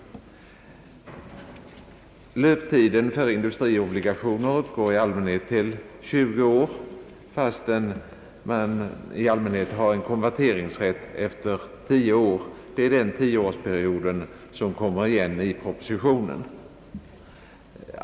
Löptiden för = industriobligationer uppgår i allmänhet till 20 år, fastän man i regel har konverteringsrätt efter 10 år. Det är den 10-årsperioden som kommer igen i propositionen.